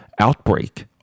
Outbreak